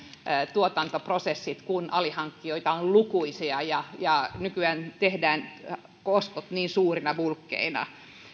tuotantoprosessia kun alihankkijoita on lukuisia ja nykyään tehdään ostot niin suurina bulkkeina